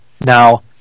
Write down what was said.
now